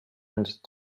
and